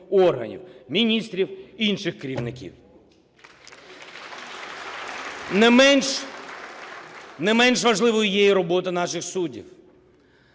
органів: міністрів і інших керівників. Не менш важливою є і робота наших суддів.